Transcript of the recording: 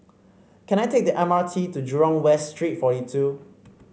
can I take the M R T to Jurong West Street forty two